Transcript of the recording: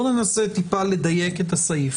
בואו ננסה טיפה לדייק את הסעיף.